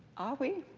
are we?